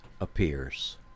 appears